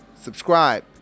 subscribe